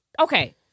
Okay